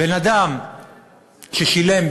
בן-אדם ששילם,